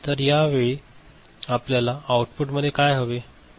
तर त्या वेळी आपल्याला आउटपुटमध्ये काय हवे आहे